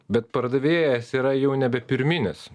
bet pardavėjas yra jau nebe pirminis